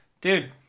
dude